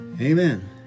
amen